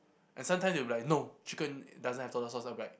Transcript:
and sometimes they'll be like no chicken doesn't have tartar sauce I'll be like